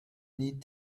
need